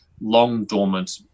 long-dormant